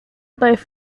both